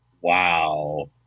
Wow